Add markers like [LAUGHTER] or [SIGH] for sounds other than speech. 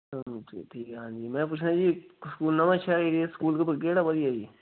[UNINTELLIGIBLE] ਠੀਕ ਠੀਕ ਆ ਹਾਂਜੀ ਮੈਂ ਪੁੱਛਣਾ ਜੀ ਸਕੂਲ ਨਵਾਂ ਸ਼ਹਿਰ ਏਰੀਏ 'ਚ ਸਕੂਲ ਕਿਹੜਾ ਵਧੀਆ ਜੀ